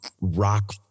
rock